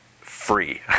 free